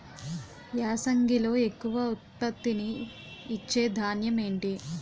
యాసంగిలో ఎక్కువ ఉత్పత్తిని ఇచే ధాన్యం ఏంటి?